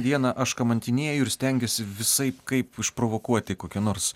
vieną aš kamantinėju ir stengiuosi visaip kaip išprovokuoti kokią nors